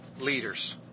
leaders